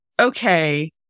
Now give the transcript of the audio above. okay